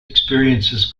experiences